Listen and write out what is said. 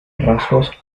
rasgos